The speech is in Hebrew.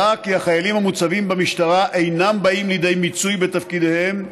עלה כי החיילים המוצבים במשטרה אינם באים לידי מיצוי בתפקידיהם,